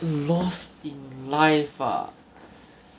loss in life ah